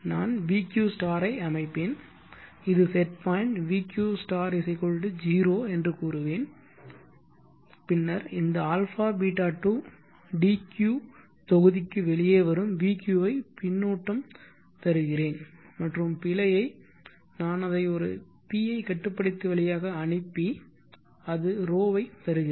நான் vq ஐ அமைப்பேன் இது செட் பாயிண்ட் vq 0 என்று கூறுவேன் பின்னர் இந்த αβ to dq தொகுதிக்கு வெளியே வரும் vq ஐ பின்னூட்டம் தருகிறேன் மற்றும் பிழையை நான் அதை ஒரு PI கட்டுப்படுத்தி வழியாக அனுப்பி அது ρ ஐ தருகிறது